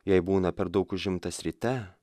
jei būna per daug užimtas ryte